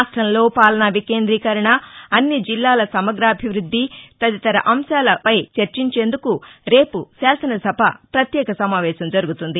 రాష్టంలో పాలనా వికేందీకరణ అన్ని జిల్లాల సమగ్రాభివృద్ది తదితర అంశాలపై చర్చించేందుకు రేపు శాసనసభ ప్రత్యేక సమావేశం జరుగుతుంది